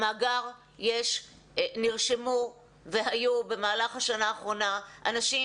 במאגר נרשמו והיו במהלך האחרונה אנשים